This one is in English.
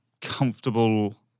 comfortable